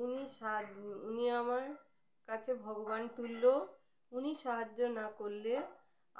উনি সাহা উনি আমার কাছে ভগবান তুল্য উনি সাহায্য না করলে